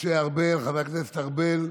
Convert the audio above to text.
חבר הכנסת משה ארבל,